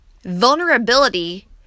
vulnerability